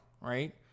right